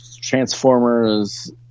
Transformers